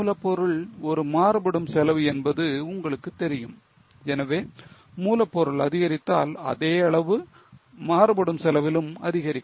மூலப்பொருள் ஒரு மாறுபடும் செலவு என்பது உங்களுக்குத் தெரியும் எனவே மூலப்பொருள் அதிகரித்தால் அதே அளவு மாறுபடும் செலவிலும் அதிகரிக்கும்